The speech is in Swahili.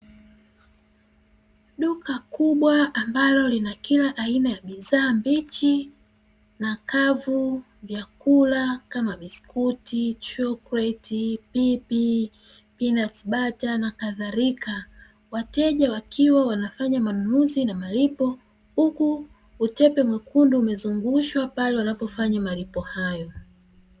Duka kubwa ambalo lina kila aina ya bidhaa mbichi na kavu kwa ajili ya kula kama biskuti, chokuleti, pipi na penati bata na kadhalika, wateja wakifanya malipo huku utepe mwekundu ukiwa umezungushwa katika malipo hayo.